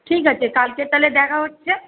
ঠিক আছে কালকের তাহলে দেখা হচ্চে